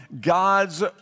God's